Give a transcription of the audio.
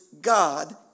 God